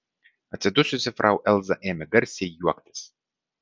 atsidususi frau elza ėmė garsiai juoktis